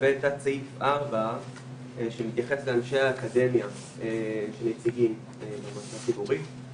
לגבי הסעיף שמתייחס לנציגים במועצה הציבורית מתוך אנשי האקדמיה,